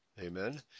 Amen